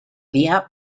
día